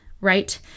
right